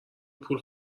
پول